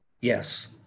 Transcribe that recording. Yes